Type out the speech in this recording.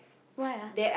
why ah